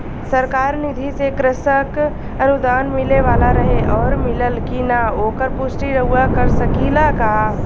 सरकार निधि से कृषक अनुदान मिले वाला रहे और मिलल कि ना ओकर पुष्टि रउवा कर सकी ला का?